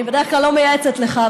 אני בדרך כלל לא מייעצת לך,